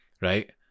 right